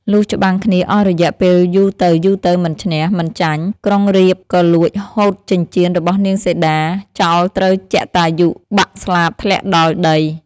លុះច្បាំងគ្នាអស់រយៈពេលយូរទៅៗមិនឈ្នះ មិនចាញ់ ក្រុងរាពណ៍ក៏លួចហូតចិញ្ចៀនរបស់នាងសីតា ចោលត្រូវជតាយុបាក់ស្លាបធ្លាក់ដល់ ដី។